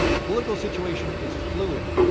the political situation is fluid,